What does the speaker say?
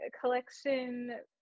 collection